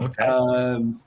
Okay